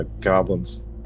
goblins